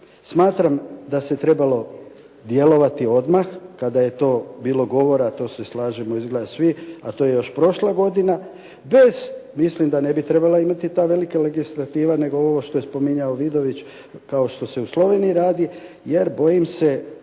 Smatram da se trebalo djelovati odmah kada je to bilo govora, to se slažemo izgleda svi, a to je još prošla godina, bez mislim da ne bi trebala imati ta velika legislativa, nego ovo što je spominjao Vidović, kao što se u Sloveniji radi, jer bojim se